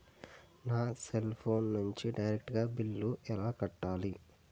నా cell phone నుంచి direct గా బిల్లు ఎలా కట్టాలి?